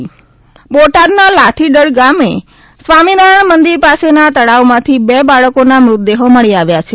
બોટાદ લાઠીદળ બોટાદના લાઠીદડ ગામે સ્વામિનારાયણ મંદિર પાસેના તળાવમાંથી બે બાળકોના મૃતદેહો મળી આવ્યા છે